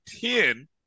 ten